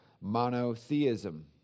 monotheism